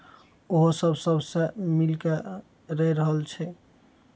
ओहो सभ सभसँ मिलि कऽ रहि रहल छै